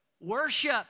worship